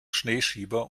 schneeschieber